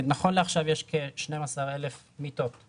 נכון לעכשיו יש כ-12,000 מיטות,